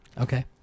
Okay